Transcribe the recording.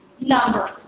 Number